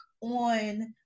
on